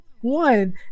one